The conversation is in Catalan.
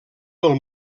del